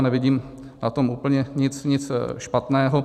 Nevidím na tom úplně nic špatného.